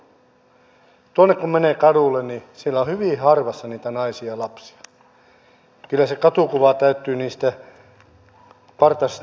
tuonne kun menee kadulle siellä on hyvin harvassa niitä naisia ja lapsia kyllä se katukuva täyttyy niistä partaisista lapsista